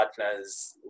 partners